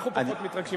אנחנו פחות מתרגשים.